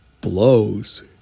blows